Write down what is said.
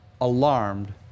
alarmed